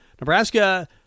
Nebraska